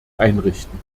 einrichten